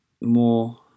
more